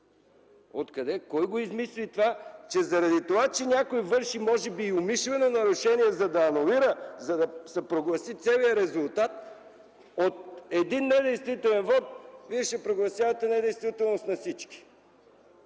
чудо?! Кой го измисли, че ако някой върши може би умишлено нарушение, за да анулира, за да се прогласи целият резултат, от един недействителен вот, Вие ще прогласявате недействителност на всички?!